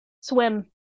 swim